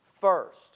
first